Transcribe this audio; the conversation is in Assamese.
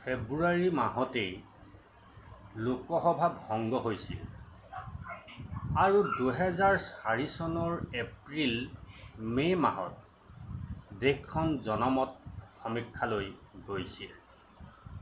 ফেব্ৰুৱাৰী মাহতেই লোকসভা ভংগ হৈছিল আৰু দুহাজাৰ চাৰি চনৰ এপ্ৰিল মে' মাহত দেশখন জনমত সমীক্ষালৈ গৈছিল